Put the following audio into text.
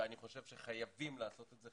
אני חושב שחייבים לעשות את זה.